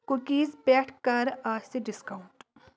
cookies پٮ۪ٹھ کَر آسہِ ڈِسکاونٹ